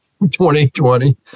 2020